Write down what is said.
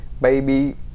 baby